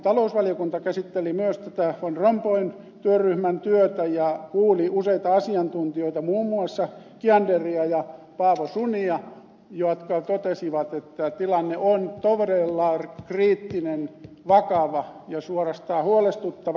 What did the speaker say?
talousvaliokunta käsitteli myös tätä van rompuyn työryhmän työtä ja kuuli useita asiantuntijoita muun muassa kianderia ja paavo sunia jotka totesivat että tilanne on todella kriittinen vakava ja suorastaan huolestuttava